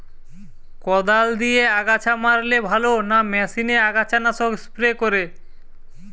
কদাল দিয়ে আগাছা মারলে ভালো না মেশিনে আগাছা নাশক স্প্রে করে?